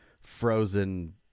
frozen